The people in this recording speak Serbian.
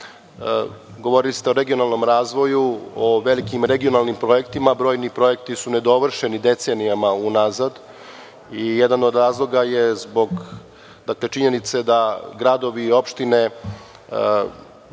govorili ste o regionalnom razvoju, o velikim regionalnim projektima, brojni projekti su nedovršeni decenijama unazad i jedan od razloga je zbog činjenice da gradovi i opštine